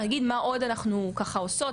אני אגיד מה עוד ככה אנחנו עושות,